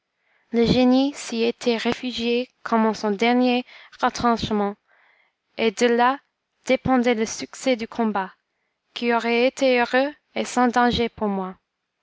le génie s'y était réfugié comme en son dernier retranchement et de là dépendait le succès du combat qui aurait été heureux et sans danger pour moi